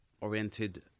oriented